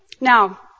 Now